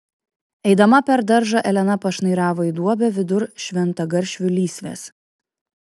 eidama per daržą elena pašnairavo į duobę vidur šventagaršvių lysvės